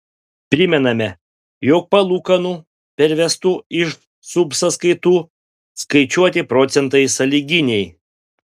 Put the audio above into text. primename jog palūkanų pervestų iš subsąskaitų skaičiuoti procentai sąlyginiai